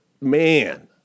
man